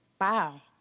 Wow